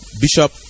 Bishop